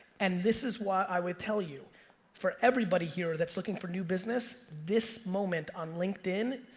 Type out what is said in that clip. and this is what i will tell you for everybody here that's looking for new business, this moment on linkedin,